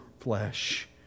flesh